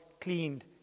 cleaned